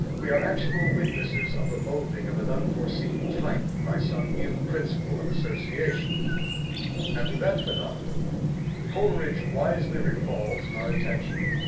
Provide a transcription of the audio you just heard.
we are actual witnesses of the moulding of an unforeseen type by some new principle of association and to that phenomenon coleridge wisely recalls our attention.